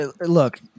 look